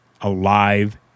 alive